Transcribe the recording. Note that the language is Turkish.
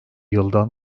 yıldan